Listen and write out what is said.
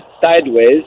sideways